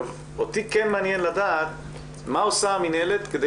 אותי מעניין לדעת מה עושה המינהלת כדי